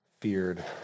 Feared